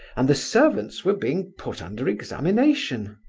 and the servants were being put under examination.